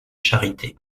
charité